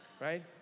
right